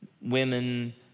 women